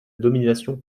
domination